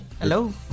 Hello